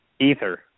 Ether